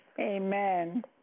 Amen